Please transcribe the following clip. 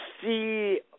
see